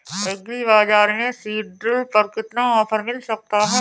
Agree बाजार से seed drill पर कितना ऑफर मिल सकता है?